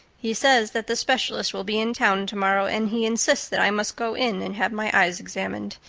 he says that the specialist will be in town tomorrow and he insists that i must go in and have my eyes examined.